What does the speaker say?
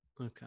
Okay